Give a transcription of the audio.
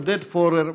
עודד פורר,